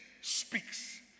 speaks